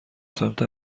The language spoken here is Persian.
سمت